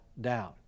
down